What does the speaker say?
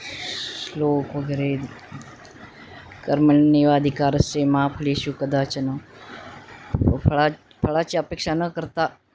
श्लोक वगैरे कर्मण्येवाधिकारस्ते मा फलेषु कदाचन फळा फळाची अपेक्षा न करता